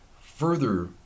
Further